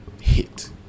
hit